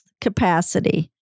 capacity